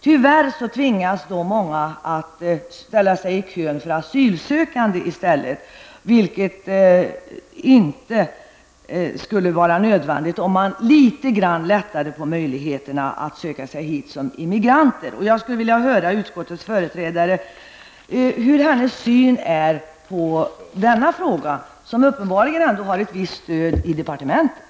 Tyvärr tvingas många att ställa sig i kön för asylsökande i stället, vilket inte skulle behöva vara nödvändigt om vi litet grand lättade på möjligheten att söka sig hit som immigrant. Jag skulle vilja höra utskottets företrädares syn på denna fråga, som uppebarligen har ett visst stöd i departementet.